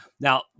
now